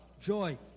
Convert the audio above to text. joy